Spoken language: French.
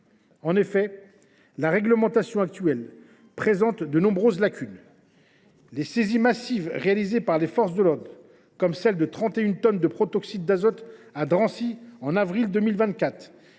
En effet, la réglementation actuelle présente de nombreuses lacunes. Les saisies massives réalisées par les forces de l’ordre, comme celle de 31 tonnes à Drancy en avril 2024,